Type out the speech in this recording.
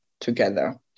together